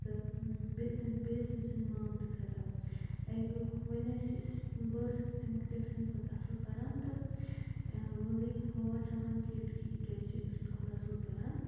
تہٕ بیٚیہِ بیٚیہِ ٲس تٔمۍ سٕنٛدۍ مام تہِ خراب اَکہِ دۄہ وَنۍ ٲس أسۍ بہٕ ٲسٕس تٔمۍ سٕنٛدِ کھۄتہٕ اصل پَران تہٕ وۄنۍ گٔے وۄنۍ ؤژھ یِمَن چِڈ کہِ یہِ کیاز چھِ أمۍ سٕنٛدِ کھۄتہٕ اصل پَران